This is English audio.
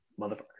Motherfucker